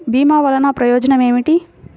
భీమ వల్లన ప్రయోజనం ఏమిటి?